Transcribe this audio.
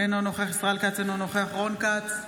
אינו נוכח אחמד טיבי,